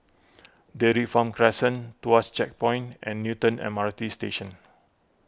Dairy Farm Crescent Tuas Checkpoint and Newton M R T Station